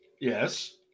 yes